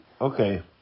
Okay